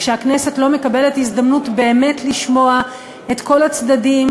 כשהכנסת לא מקבלת הזדמנות באמת לשמוע את כל הצדדים,